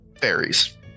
fairies